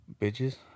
Bitches